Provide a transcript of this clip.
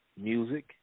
Music